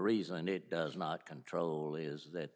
reason it does not control is that